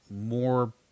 more